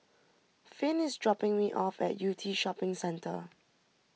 Finn is dropping me off at Yew Tee Shopping Centre